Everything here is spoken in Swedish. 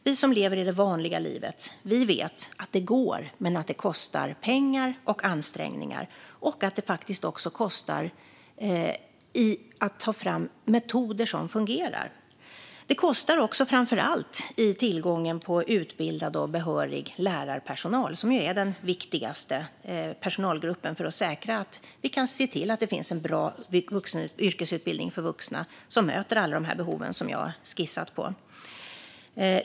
Vi som lever i det vanliga livet vet att det går men att det kostar pengar och ansträngningar och att det också kostar att ta fram metoder som fungerar. Det kostar också framför allt i form av tillgång på utbildad och behörig lärarpersonal, som är den viktigaste personalgruppen för att säkra att det finns en bra yrkesutbildning för vuxna som möter alla de behov som jag har skissat på.